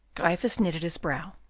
gryphus knitted his brow.